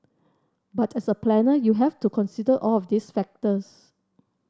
but as a planner you have to consider all of these factors